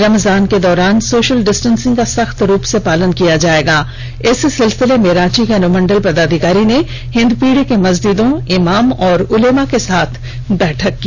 रमजान के दौरान social distancing का सख्त रूप से पालन किया जाएगा इस सिलसिले में रांची के अनुमंडल पदाधिकारी ने हिंदपीढ़ी के मस्जिदों इमाम और उलेमा के साथ बैठक की